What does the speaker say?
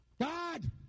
God